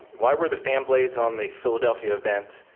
why were the fan blades on the philadelphia event